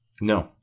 No